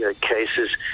cases